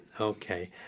okay